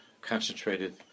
concentrated